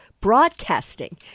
broadcasting